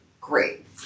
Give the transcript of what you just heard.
great